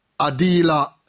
adila